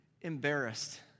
embarrassed